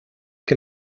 que